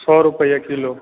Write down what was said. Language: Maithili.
सए रुपैआ किलो